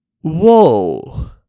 Whoa